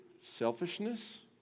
selfishness